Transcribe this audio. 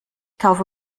kaufe